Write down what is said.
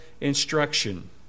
instruction